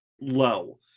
low